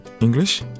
English